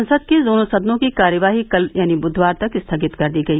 संसद के दोनों सदनों की कार्यवाही कल यानी बुधवार तक स्थगित कर दी गई